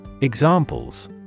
Examples